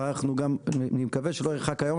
ואני מקווה שלא ירחק היום,